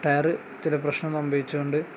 tyre ചില പ്രശ്നം സംഭവിച്ചത് കൊണ്ട്